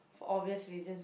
for obvious reasons